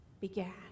began